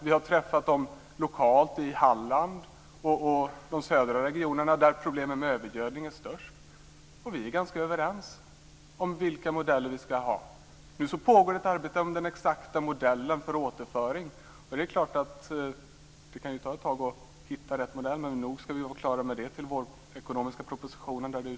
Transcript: Vi har träffat LRF lokalt i Halland och de södra regionerna där problemen med övergödning är störst. Vi är ganska överens om vilka modeller vi ska ha. Nu pågår ett arbete om den exakta modellen för återföring. Det kan ta ett tag att hitta rätt modell, men nog ska vi vara klara med det till den utlovade ekonomiska propositionen.